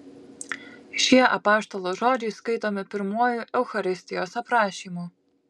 šie apaštalo žodžiai skaitomi pirmuoju eucharistijos aprašymu